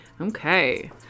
okay